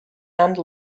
and